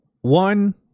One